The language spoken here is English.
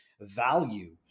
value